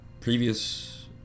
previous